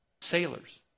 sailors